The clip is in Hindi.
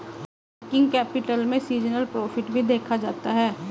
वर्किंग कैपिटल में सीजनल प्रॉफिट भी देखा जाता है